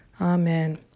Amen